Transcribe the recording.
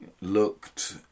looked